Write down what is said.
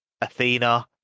athena